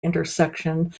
intersection